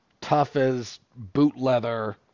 tough-as-boot-leather